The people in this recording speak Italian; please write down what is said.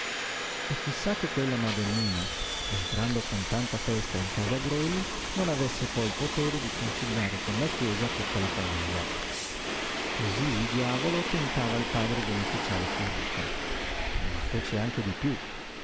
chi sa che quella madonnina entrando con tanta festa in casa greli non avesse poi il potere di conciliare con la chiesa tutta la famiglia cosí il diavolo tentava il padre beneficiale fioríca ma fece anche di piú